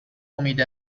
امید